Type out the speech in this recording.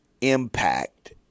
impact